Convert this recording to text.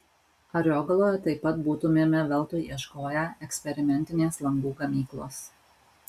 ariogaloje taip pat būtumėme veltui ieškoję eksperimentinės langų gamyklos